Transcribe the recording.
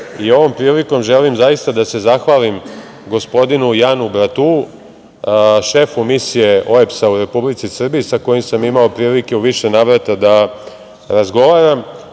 Ovom prilikom želim zaista da se zahvalim gospodinu Janu Bratuu, šefu Misije OEBS-a u Republici Srbiji, sa kojim sam imao prilike u više navrata da razgovaram